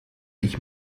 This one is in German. ich